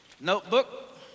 notebook